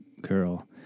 girl